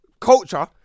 culture